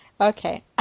Okay